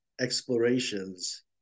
explorations